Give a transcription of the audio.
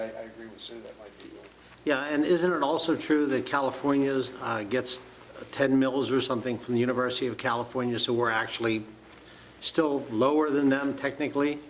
so yeah and isn't it also true that california has gets ten mills or something from the university of california so we're actually still lower than them technically